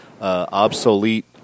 Obsolete